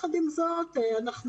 אנחנו